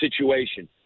situation